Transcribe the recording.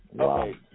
Okay